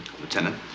Lieutenant